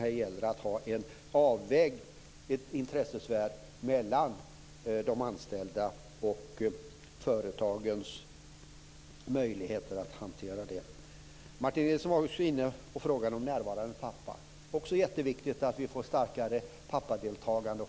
Här gäller det att göra en avvägning mellan de anställdas intressen och företagens intressen. Martin Nilsson var också inne på frågan om närvarande pappor. Det är jätteviktigt att vi får större pappadeltagande.